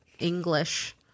english